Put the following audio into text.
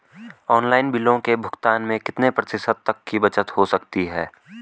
Online बिलों के भुगतान में कितने प्रतिशत तक की बचत हो सकती है?